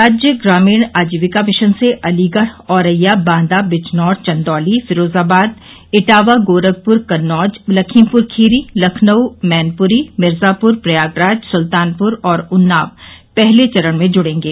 राज्य ग्रामीण आजीविका मिशन से अलीगढ़ औरैया बांदा बिजनौर चन्दौली फिरोजाबाद इटावा गोरखपुर कन्नौज लखीमपुर खीरी लखनऊ मैनपुरी मिर्जापुर प्रयागराज सुल्तानपुर और उन्नाव पहले चरण में जुड़ेंगे